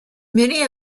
many